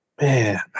man